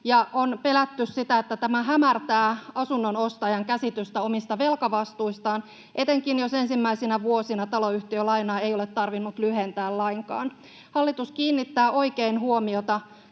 ja on pelätty sitä, että tämä hämärtää asunnon ostajan käsitystä omista velkavastuistaan, etenkin jos ensimmäisinä vuosina taloyhtiölainaa ei ole tarvinnut lyhentää lainkaan. Hallitus kiinnittää oikein huomiota